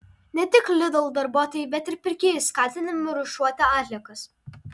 ne tik lidl darbuotojai bet ir pirkėjai skatinami rūšiuoti atliekas